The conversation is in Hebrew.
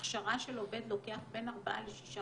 הכשרה של עובד לוקחת בין ארבעה לשישה